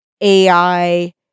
AI